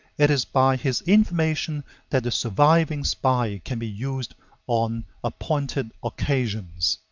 it is by his information that the surviving spy can be used on appointed occasions.